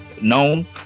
known